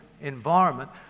environment